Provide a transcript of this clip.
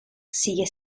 sigue